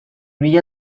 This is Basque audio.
mila